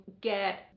get